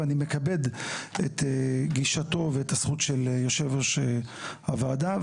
ואני מכבד את גישתו ואת הזכות של יושב-ראש הוועדה.